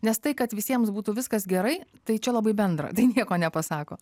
nes tai kad visiems būtų viskas gerai tai čia labai bendra tai nieko nepasako